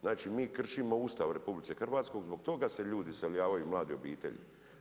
Znači mi kršimo Ustav RH, zbog toga se ljudi iseljavaju i mlade obitelji.